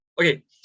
Okay